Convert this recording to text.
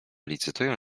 licytują